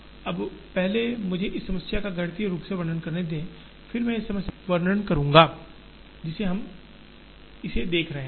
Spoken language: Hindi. अब पहले मुझे इस समस्या का गणितीय रूप से वर्णन करने दें फिर मैं इस समस्या का संदर्भ के संबंध में वर्णन करूंगा जिसमें हम इसे देख रहे हैं